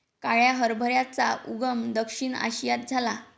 काळ्या हरभऱ्याचा उगम दक्षिण आशियात झाला